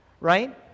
right